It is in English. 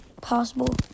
Possible